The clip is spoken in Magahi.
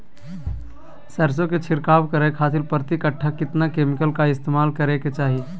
सरसों के छिड़काव करे खातिर प्रति कट्ठा कितना केमिकल का इस्तेमाल करे के चाही?